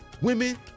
women